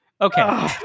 Okay